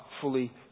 fully